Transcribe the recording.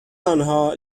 آنها